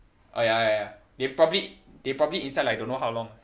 oh ya ya they probably they probably inside like don't know how long